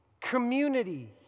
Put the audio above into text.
community